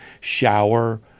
shower